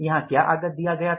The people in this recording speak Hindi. यहाँ क्या आगत दिया गया था